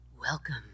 Welcome